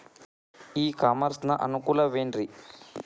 E commerce ನ ಅನುಕೂಲವೇನ್ರೇ?